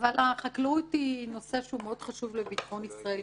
החקלאות היא נושא מאוד חשוב לביטחון ישראל,